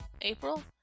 April